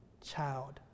child